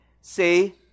say